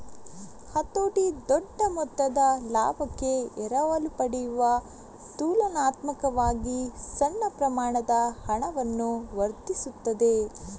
ಹತೋಟಿ ದೊಡ್ಡ ಮೊತ್ತದ ಲಾಭಕ್ಕೆ ಎರವಲು ಪಡೆಯುವ ತುಲನಾತ್ಮಕವಾಗಿ ಸಣ್ಣ ಪ್ರಮಾಣದ ಹಣವನ್ನು ವರ್ಧಿಸುತ್ತದೆ